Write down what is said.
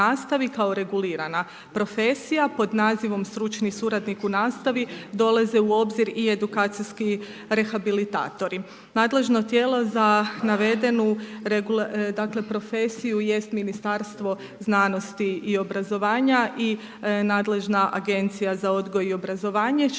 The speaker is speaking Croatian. u nastavi kao regulirana profesija. Pod nazivom stručni suradnik u nastavi dolaze u obzir i edukacijski rehabilitatori. Nadležno tijelo za navedenu profesiju jest Ministarstvo znanosti i obrazovanja i nadležna Agencija za odgoj i obrazovanje što ne